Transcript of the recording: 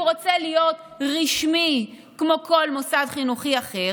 רוצה להיות רשמי כמו כל מוסד חינוכי אחר,